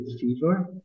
fever